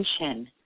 attention